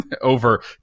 over